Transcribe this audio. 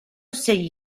sally